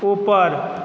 ऊपर